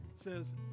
says